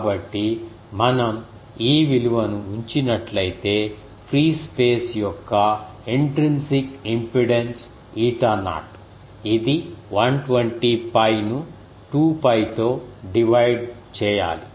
కాబట్టి మనం ఈ విలువను ఉంచినట్లయితే ఫ్రీ స్పేస్ యొక్క ఇంట్రెన్సిక్ ఇంపెడెన్స్ ఈటా నాట్ ఇది 120 𝜋 ను 2 𝜋 తో డివైడ్ చేయాలి